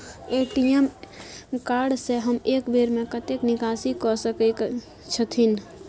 ATM card से हम एक बेर में कतेक निकासी कय सके छथिन?